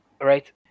right